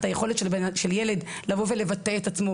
את היכולת של ילד לבוא ולבטא את עצמו